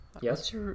yes